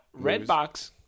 Redbox